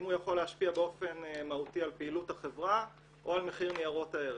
אם הוא יכול להשפיע באופן מהותי על פעילות החברה או מחיר ניירות הערך.